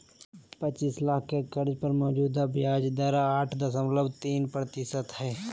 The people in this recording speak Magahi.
पचीस लाख के कर्ज पर मौजूदा ब्याज दर आठ दशमलब तीन प्रतिशत हइ